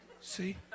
See